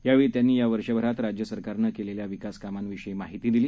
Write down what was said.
यावेळीत्यांनीयावर्षभरातराज्यसरकारनंकेलेल्याविकासकामांविषयीदेखीलमाहितीदिली